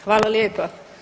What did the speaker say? Hvala lijepa.